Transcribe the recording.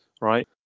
right